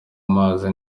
amazi